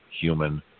human